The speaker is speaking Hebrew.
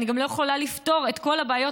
אני גם לא יכולה לפתור את כל הבעיות